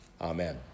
Amen